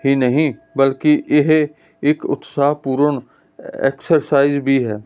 ਹੀ ਨਹੀਂ ਬਲਕਿ ਇਹ ਇਕ ਉਤਸਾਹ ਪੂਰਨ ਐਕਸਰਸਾਈਜ਼ ਵੀ ਹੈ